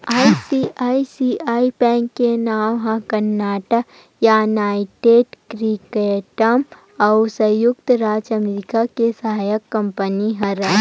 ICICI bank के नांव ह कनाड़ा, युनाइटेड किंगडम अउ संयुक्त राज अमरिका के सहायक कंपनी हरय